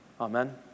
Amen